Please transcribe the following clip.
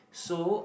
so